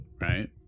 Right